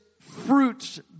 fruit